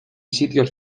sitios